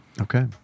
Okay